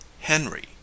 henry